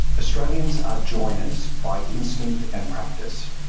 australians are joiners by instinct and practice.